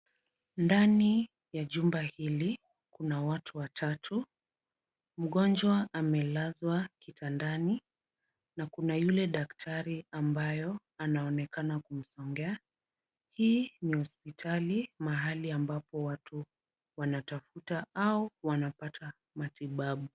Ndani ya jumba hili kuna watu watatu. Mgonjwa amelazwa kitandani na kuna yule daktari ambayo anaonekana kumsongea. Hii ni hospitali, mahali ambapo watu wanatafuta au wanapata matibabu.